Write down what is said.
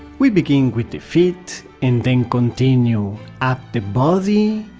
we begin with the feet and then continue up the body,